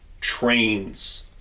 trains